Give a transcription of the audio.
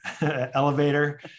elevator